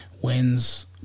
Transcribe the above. wins